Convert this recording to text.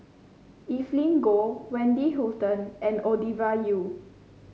Evelyn Goh Wendy Hutton and Ovidia Yu